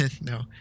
No